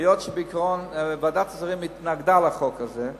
והיות שבעיקרון ועדת השרים התנגדה לחוק הזה,